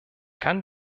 kann